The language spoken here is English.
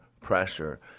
pressure